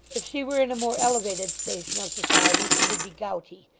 if she were in a more elevated station of society, she would be gouty.